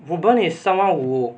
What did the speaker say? reu ben is someone who